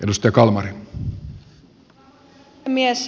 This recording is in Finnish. arvoisa herra puhemies